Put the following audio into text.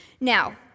Now